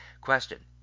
Question